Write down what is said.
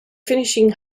finishing